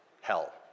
Hell